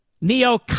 neo